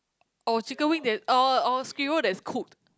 or a chicken wing that or a or a squirrel that's cooked